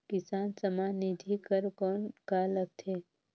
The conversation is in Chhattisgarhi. किसान सम्मान निधि बर कौन का लगथे?